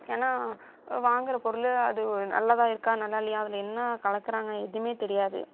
ஏன்னா வாங்கிற பொருள் அது நல்லதாக இருக்கா நல்லா இல்லையா அதில் என்ன கலக்கிறாங்க எதுவுமே தெரியாது